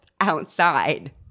outside